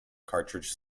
cartridge